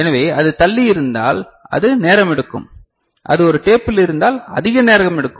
எனவே அது தள்ளி இருந்தால் அது நேரம் எடுக்கும் அது ஒரு டேப்பில் இருந்தால் அதிக நேரம் எடுக்கும்